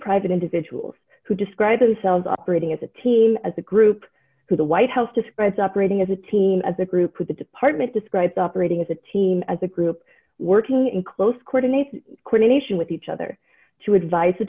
private individuals who describe themselves operating as a team as a group who the white house describes operating as a team as a group with the department described operating as a team as a group working in close coordination clinician with each other to advice the